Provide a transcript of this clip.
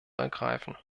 ergreifen